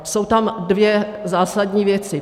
Jsou tam dvě zásadní věci.